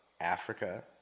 Africa